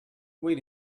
wait